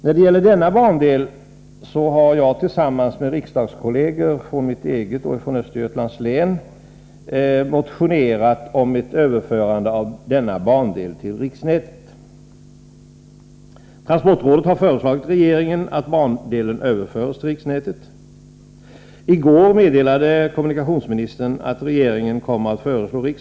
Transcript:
När det gäller denna bandel har jag tillsammans med riksdagskolleger från mitt eget och från Östergötlands län motionerat om ett överförande av denna bandel till riksnätet.